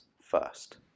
first